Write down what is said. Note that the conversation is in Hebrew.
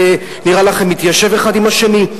זה נראה לכם מתיישב האחד עם השני?